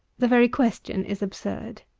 the very question is absurd.